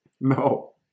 No